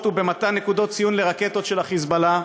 ובמתן נקודות ציון לרקטות של ה"חיזבאללה",